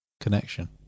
connection